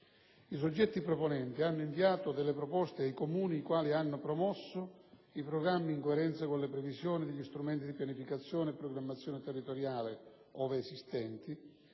I soggetti proponenti hanno inviato delle proposte ai Comuni i quali hanno promosso i programmi in coerenza con le previsioni degli strumenti di pianificazione e programmazione territoriale, ove esistenti,